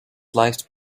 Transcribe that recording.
life